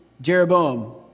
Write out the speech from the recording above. Jeroboam